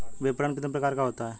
विपणन कितने प्रकार का होता है?